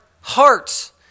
hearts